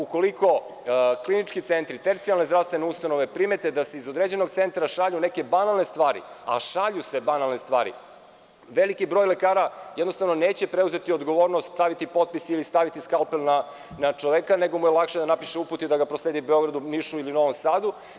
Ukoliko klinički centri, tercijalne zdravstvene ustanove primete da se iz određenog centra šalju neke banalne stvari, a šalju se banalne stvari, veliki broj lekara jednostavno neće preuzeti odgovornost, staviti potpis ili staviti skalpel na čoveka nego je lakše da napišu uput i da ga proslede Beogradu, Nišu ili Novom Sadu.